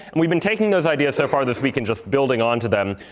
and we've been taking those ideas so far this week and just building onto them,